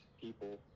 people